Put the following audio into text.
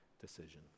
decision